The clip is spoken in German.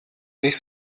sich